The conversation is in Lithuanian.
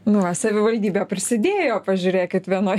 nu va savivaldybė prisidėjo pažiūrėkit vienoj